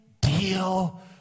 deal